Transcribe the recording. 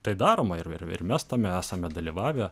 tai daroma ir ir ir mes tam esame dalyvavę